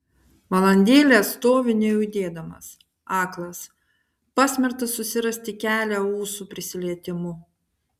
valandėlę stoviu nejudėdamas aklas pasmerktas susirasti kelią ūsų prisilietimu